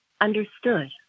understood